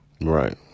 right